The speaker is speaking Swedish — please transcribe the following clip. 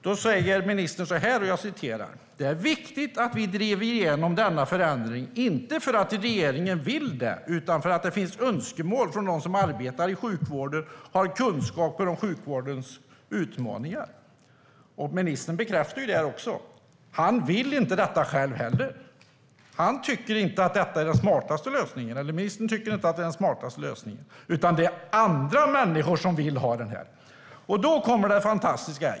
Då sa ministern: "Det är viktigt att vi driver igenom denna förändring, inte för att regeringen vill det utan för att det finns ett önskemål från dem som arbetar i sjukvården och har kunskap om sjukvårdens utmaningar." Ministern bekräftar det här också. Han vill inte detta själv heller. Ministern tycker inte att det är den smartaste lösningen, utan det är andra människor som vill ha det här. Då kommer det fantastiska.